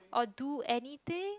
or do anything